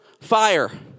fire